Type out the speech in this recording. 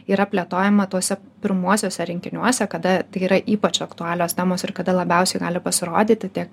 yra plėtojama tuose pirmuosiuose rinkiniuose kada tai yra ypač aktualios temos ir kada labiausiai gali pasirodyti tiek